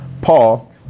Paul